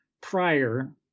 prior